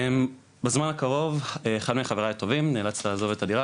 בזמן האחרון אחד מחבריי הטובים נאלץ לעזוב את הדירה